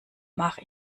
mach